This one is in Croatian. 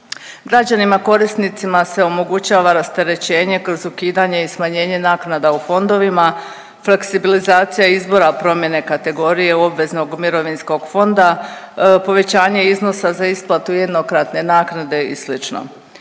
Građanima korisnicima se omogućava rasterećenje kroz ukidanje i smanjenje naknada u fondovima, fleksibilizacija izbora promjene kategorije obveznog mirovinskog fonda, povećanje iznosa za isplatu jednokratne naknade i